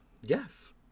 Yes